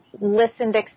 listened